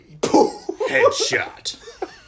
headshot